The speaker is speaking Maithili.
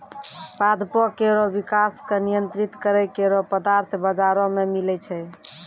पादपों केरो विकास क नियंत्रित करै केरो पदार्थ बाजारो म मिलै छै